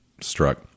struck